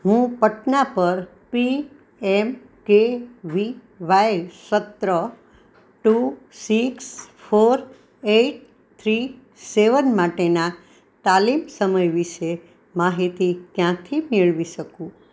હું પટના પર P M K V Y સત્ર two six four eight three seven માટેના તાલીમ સમય વિશે માહિતી ક્યાંથી મેળવી શકું